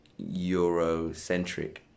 eurocentric